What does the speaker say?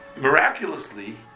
Miraculously